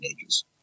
ages